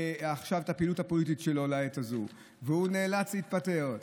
עכשיו את הפעילות הפוליטית שלו לעת הזו והוא נאלץ להתפטר.